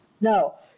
No